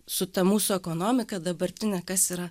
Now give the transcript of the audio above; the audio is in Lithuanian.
su ta mūsų ekonomika dabartine kas yra